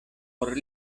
por